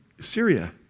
Syria